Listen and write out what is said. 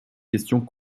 questions